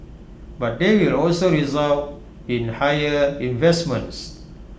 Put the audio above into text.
but they will also result in higher investments